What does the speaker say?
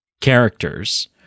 characters